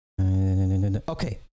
Okay